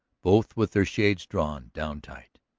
both with their shades drawn down tight.